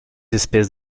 espèces